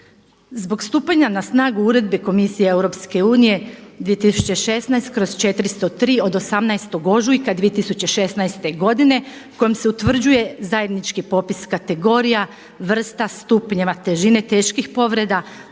Zbog stupanja na snagu Uredbe komisije EU 2016/403 od 18. ožujka 2016. godine kojom se utvrđuje zajednički popis kategorija, vrsta stupnjeva težine teških povreda,